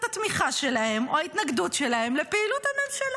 התמיכה שלהם או ההתנגדות שלהם לפעילות הממשלה.